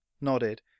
nodded